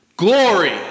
Glory